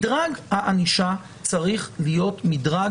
מדרג הענישה צריך להיות מדרג